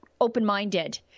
open-minded